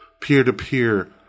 peer-to-peer